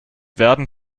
werden